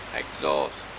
exhaust